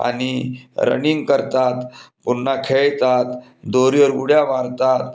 आणि रनिंग करतात पुन्हा खेळतात दोरीवर उड्या मारतात